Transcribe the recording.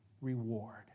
reward